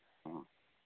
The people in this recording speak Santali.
ᱦᱚᱸ